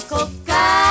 Coca